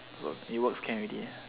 wor~ it works can already